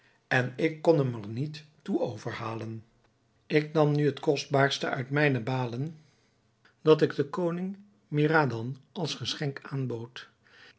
en ik kon hem er niet toe overhalen ik nam nu het kostbaarste uit mijne balen dat ik den koning mihradhan als geschenk aanbood